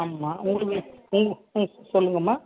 ஆமாம் உங்களுக்கு உங்க சொல்லுங்கம்மா